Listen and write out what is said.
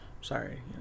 sorry